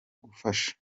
gufasha